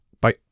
Bye